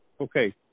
okay